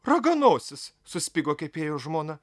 raganosis suspigo kepėjo žmona